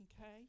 okay